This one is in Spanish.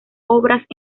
obras